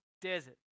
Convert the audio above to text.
desert